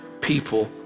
people